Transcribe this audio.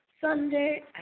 Sunday